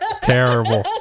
Terrible